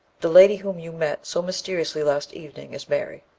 the lady whom you met so mysteriously last evening is mary,